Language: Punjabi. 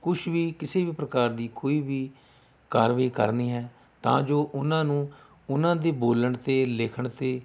ਕੁਛ ਵੀ ਕਿਸੇ ਵੀ ਪ੍ਰਕਾਰ ਦੀ ਕੋਈ ਵੀ ਕਾਰਵਾਈ ਕਰਨੀ ਹੈ ਤਾਂ ਜੋ ਉਹਨਾਂ ਨੂੰ ਉਹਨਾਂ ਦੇ ਬੋਲਣ 'ਤੇ ਲਿਖਣ 'ਤੇ